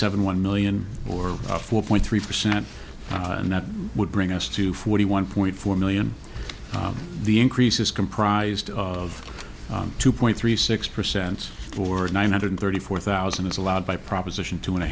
seven one million or four point three percent and that would bring us to forty one point four million the increase is comprised of two point three six percent for nine hundred thirty four thousand is allowed by proposition two and a